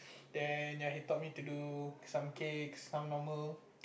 then ya he taught me to do some cakes some normal